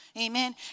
Amen